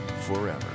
forever